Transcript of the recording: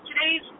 today's